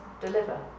deliver